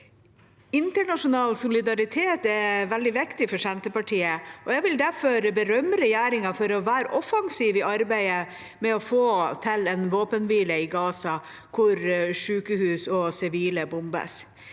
Internasjonal solidaritet er veldig viktig for Senterpartiet, og jeg vil derfor berømme regjeringa for å være offensiv i arbeidet med å få til en våpenhvile i Gaza hvor sykehus og sivile bombes.